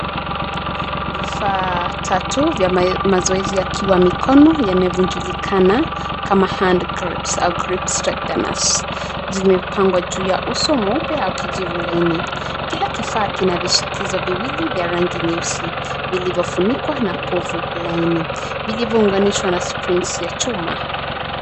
Vifaa tatu vya mazoezi yakiwa mikono, yamevyojulikana kama hand grips are grip strengtheners , zimepangwa juu ya uso mweupe au kijivu laini. Kile kifaa kina vishikizo viwili vya rangi nyeusi vilivyofunikwa na povu laini, vilivyounganishwa na springs ya chuma.